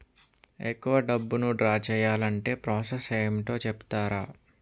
ఎక్కువ డబ్బును ద్రా చేయాలి అంటే ప్రాస సస్ ఏమిటో చెప్తారా?